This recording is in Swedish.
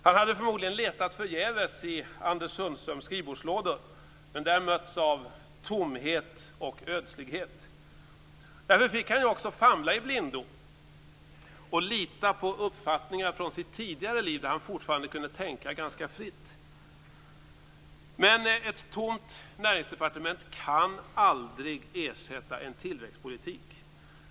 Han hade förmodligen letat förgäves i Anders Sundströms skrivbordslådor, och där mötts av tomhet och ödslighet. Därför fick han också famla i blindo och lita på uppfattningarna från sitt tidigare liv, där han fortfarande kunde tänka ganska fritt. Men ett tomt näringsdepartement kan aldrig ersätta en tillväxtpolitik.